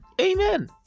Amen